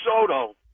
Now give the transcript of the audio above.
Soto